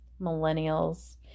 Millennials